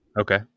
Okay